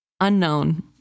Unknown